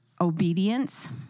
obedience